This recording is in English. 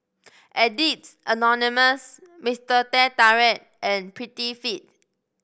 Addicts Anonymous Mister Teh Tarik and Prettyfit